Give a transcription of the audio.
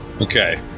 Okay